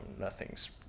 nothing's